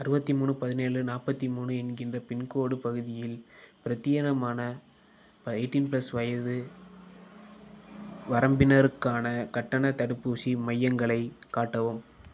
அறுபத்தி மூணு பதினேழு நாற்பத்திமூணு என்கின்ற பின்கோடு பகுதியில் பிரத்யேகமான எயிட்டீன் ப்ளஸ் வயது வரம்பினருக்கான கட்டணத் தடுப்பூசி மையங்களை காட்டவும்